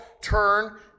turn